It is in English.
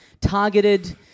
targeted –